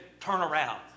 turnaround